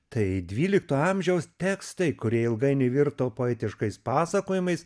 tai dvylikto amžiaus tekstai kurie ilgainiui virto poetiškais pasakojimais